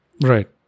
Right